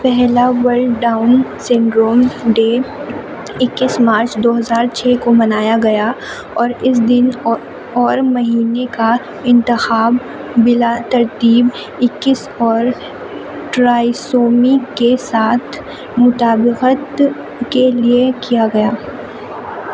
پہلا world Down syndrome day اکیس March دو ہزار چھ کو منایا گیا اور اس دن اور مہینے کا انتخاب بلا ترتیب اکیس اور ٹرائیسومی کے ساتھ مطابقت کے لیے کیا گیا